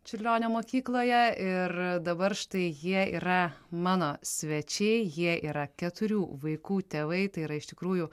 čiurlionio mokykloje ir dabar štai jie yra mano svečiai jie yra keturių vaikų tėvai tai yra iš tikrųjų